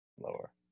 Lower